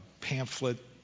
pamphlet